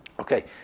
Okay